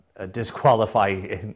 disqualify